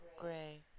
Gray